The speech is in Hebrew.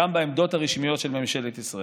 גם בעמדות הרשמיות של ממשלת ישראל.